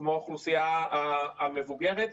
כמו האוכלוסייה המבוגרת.